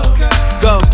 go